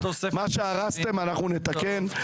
מה שהרסתם אנחנו נתקן.